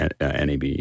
NAB